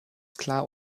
klar